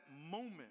moment